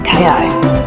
AI